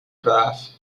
craft